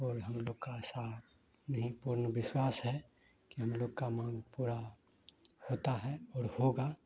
और हम लोग का ऐसा नहीं पूर्ण विश्वास है कि हम लोग की माँग पूरी होती है और होगा